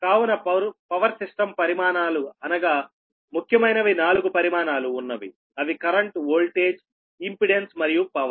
కావున power system పరిమాణాలు అనగా ముఖ్యమైనవి నాలుగు పరిమాణాలు ఉన్నవి అవి కరెంట్ వోల్టేజ్ఇంపెడెన్స్ మరియు పవర్